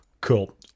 Cool